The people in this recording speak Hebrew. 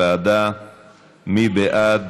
זוהיר בהלול,